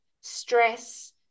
stress